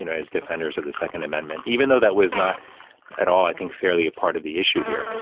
you know as defenders of the second amendment, even though that was not at all, i think, fairly a part of the issue here,